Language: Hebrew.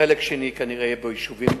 החלק השני, כנראה יהיו בו יישובים